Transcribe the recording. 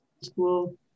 school